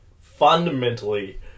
fundamentally